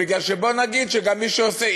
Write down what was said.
בואי נגיד שגם מי שעושה,